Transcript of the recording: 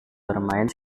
bermain